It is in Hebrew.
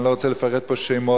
אני לא רוצה לפרט פה שמות,